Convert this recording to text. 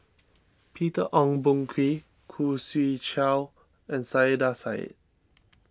Peter Ong Boon Kwee Khoo Swee Chiow and Saiedah Said